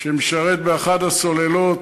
שמשרת באחת הסוללות,